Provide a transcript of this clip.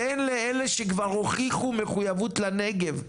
תן לאלה שכבר הוכיחו מחויבות לנגב,